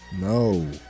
No